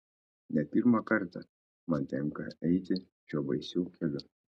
ne pirmą kartą man tenka eiti šiuo baisiu keliu